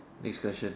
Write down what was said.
next question